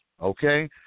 okay